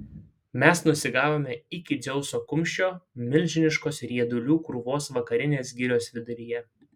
mes nusigavome iki dzeuso kumščio milžiniškos riedulių krūvos vakarinės girios viduryje